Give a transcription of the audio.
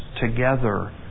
together